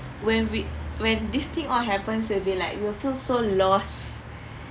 when we when this thing all happens we'd be like we'll feel so lost